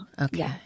Okay